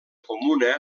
comuna